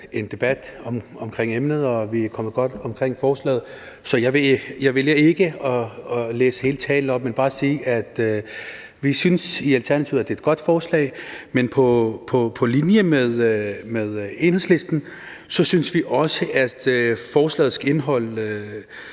en debat om emnet, og vi er kommet godt omkring forslaget, så jeg vælger ikke at læse hele talen op, men bare sige, at vi i Alternativet synes, det er et godt forslag, men på linje med Enhedslisten synes vi også, at forslaget skal indeholde